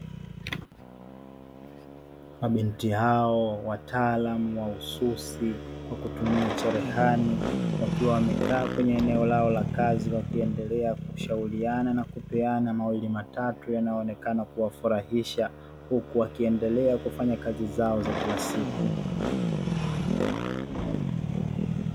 Mabinti hao wataalamu wa ususi kwa kutumia cherehani wakiwa wamekaa kwenye eneo lao la kazi, wakiendelea kushauriana na kupeana mawili matatu yanayoonekana kuwafurahisha huku wakiendelea kufanya kazi zao za kila siku.